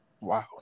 Wow